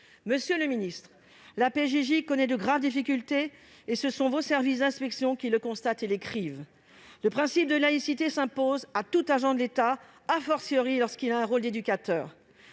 Monsieur le ministre, la PJJ connaît de graves difficultés et ce sont vos services d'inspection qui le constatent et l'écrivent. Le principe de laïcité s'impose à tout agent de l'État, lorsqu'il a un rôle d'éducateur.